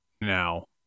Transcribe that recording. now